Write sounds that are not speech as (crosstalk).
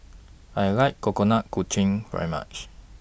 I like Coconut (unintelligible) very much